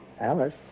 Alice